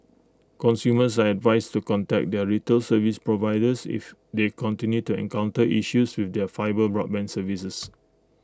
consumers are advised to contact their retail service providers if they continue to encounter issues with their fibre broadband services